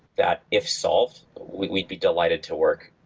that if solved, we'd be delighted to work,